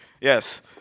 Yes